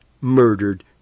murdered